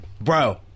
bro